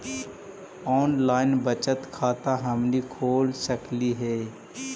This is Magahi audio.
ऑनलाइन बचत खाता हमनी खोल सकली हे?